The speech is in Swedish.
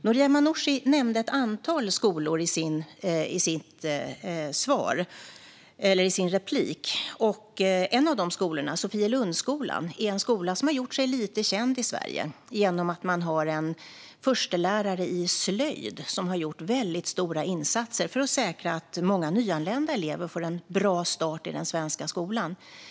Noria Manouchi nämnde ett antal skolor i sitt inlägg. En av de skolorna, Sofielundsskolan, har blivit lite känd i Sverige genom att man har en förstelärare i slöjd som har gjort väldigt stora insatser för att säkra att många nyanlända elever får en bra start i den svenska skolan.